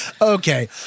okay